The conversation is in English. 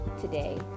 today